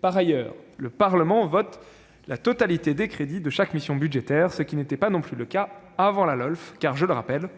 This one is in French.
Par ailleurs, le Parlement vote la totalité des crédits de chaque mission budgétaire, ce qui n'était pas non plus le cas avant la LOLF, car, je le rappelle,